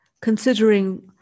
considering